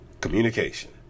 communication